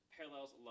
Parallels